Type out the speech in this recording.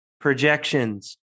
projections